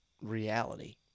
reality